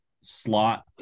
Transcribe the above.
slot